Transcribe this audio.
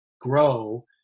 grow